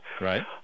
Right